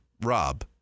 Rob